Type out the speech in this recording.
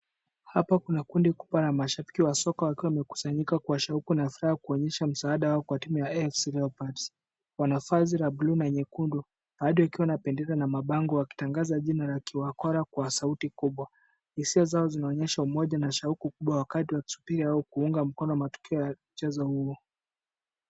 Hapa kuna kundi kubwa la mashabiki wa soka wakiwa wamekusanyika kwa shauku na furaha kuonyesha msaada wao kwa timu ya AFC-Leopards. Wana vazi la buluu na nyekundu ,baadhi wakiwa na bendera na mabango wakitangaza jina la Khwakhola kwa sauti kubwa. Hisia zao zinaonyesha umoja na shauku kubwa wakati wakisubiri au kuunga mkono matukio ya mchezo huo.